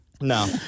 No